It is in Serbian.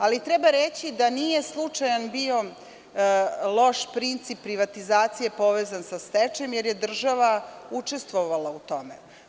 Ali, treba reći da nije slučajan bio loš princip privatizacije povezan sa stečajem, jer je država učestvovala u tome.